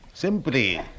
Simply